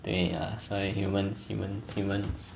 they say humans humans humans